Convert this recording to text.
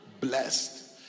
blessed